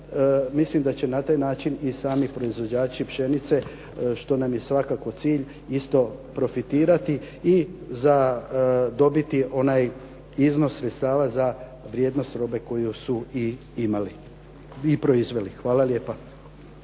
mislim da će na taj način i sami proizvođači pšenice, što nam je svakako cilj, isto profitirati i zadobiti onaj iznos sredstava za vrijednost robe koju su i proizveli. Hvala lijepa.